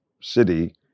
city